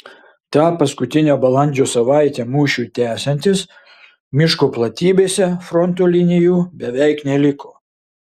tą paskutinę balandžio savaitę mūšiui tęsiantis miško platybėse fronto linijų beveik neliko